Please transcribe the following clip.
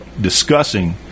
discussing